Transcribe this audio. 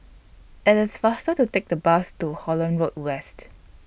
IT IS faster to Take The Bus to Holland Road West